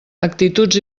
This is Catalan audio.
actituds